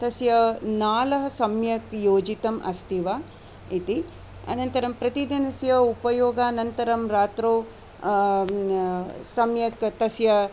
तस्य नालः सम्यक् योजितम् अस्ति वा इति अनन्तरं प्रतिदिनस्य उपयोगानन्तरं रात्रौ सम्यक् तस्य